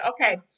Okay